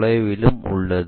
தொலைவிலும் உள்ளது